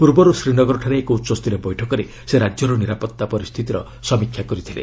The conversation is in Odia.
ପ୍ରର୍ବର୍ତ୍ତ ଶ୍ରୀନଗରଠାରେ ଏକ ଉଚ୍ଚସ୍ତରୀୟ ବୈଠକରେ ସେ ରାଜ୍ୟର ନିରାପତ୍ତା ପରିସ୍ଥିତିର ସମୀକ୍ଷା କରିଥିଲେ